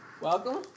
welcome